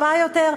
טובה יותר",